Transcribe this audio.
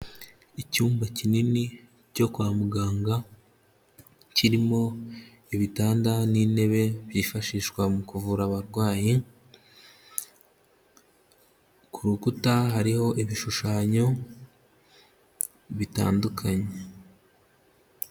Icyumba kinini cyo kwa muganga, kirimo ibitanda n'intebe byifashishwa mu kuvura abarwayi, ku rukuta hariho ibishushanyo bitandukanye.